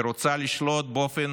היא רוצה לשלוט באופן